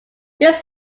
this